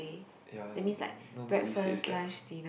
ya nobody says that ah